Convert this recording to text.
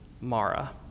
Mara